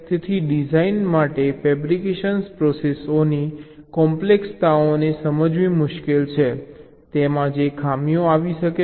તેથી ડિઝાઇનર માટે ફેબ્રિકેશન પ્રોસેસઓની કોમ્પ્લેક્સતાઓને સમજવી મુશ્કેલ છે તેમાં જે ખામીઓ આવી શકે છે